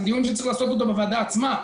זה דיון שצריך לקיים בוועדה עצמה.